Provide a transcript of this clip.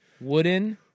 Wooden